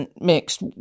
mixed